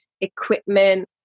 equipment